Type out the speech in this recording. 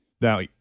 Now